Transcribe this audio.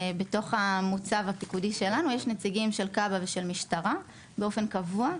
בתוך המוצב הפיקודי שלנו יש נציגים של כב"ה ושל משטרה באופן קבוע,